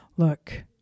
Look